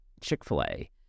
Chick-fil-A